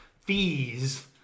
fees